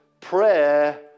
prayer